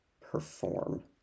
perform